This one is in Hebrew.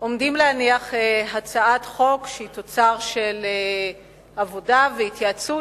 עומדים להניח הצעת חוק שהיא תוצר של עבודה והתייעצות,